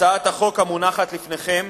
הצעת החוק המונחת לפניכם